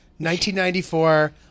1994